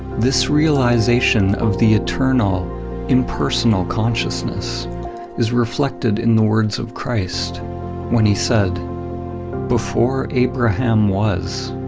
this realization of the eternal impersonal consciousness is reflected in the words of christ when he said before abraham was,